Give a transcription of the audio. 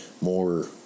more